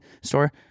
store